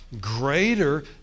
greater